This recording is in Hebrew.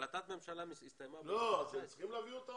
החלטת הממשלה הסתיימה ב-2019.